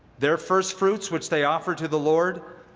their firstfruits which they offer to the lord,